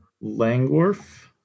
Langworth